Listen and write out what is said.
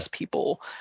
people